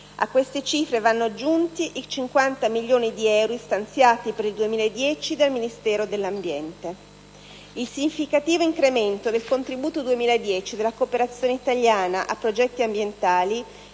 A queste cifre vanno aggiunti i 50 milioni di euro stanziati per il 2010 dal Ministero dell'ambiente. Il significativo incremento del contributo 2010 della cooperazione italiana a progetti ambientali,